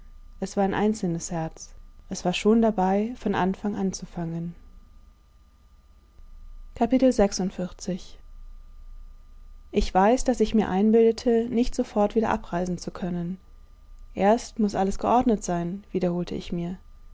es war ein einzelnes herz es war schon dabei von anfang anzufangen ich weiß daß ich mir einbildete nicht sofort wieder abreisen zu können erst muß alles geordnet sein wiederholte ich mir